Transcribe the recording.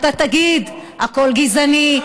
אתה תגיד: הכול גזעני.